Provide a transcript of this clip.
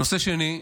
הנושא השני,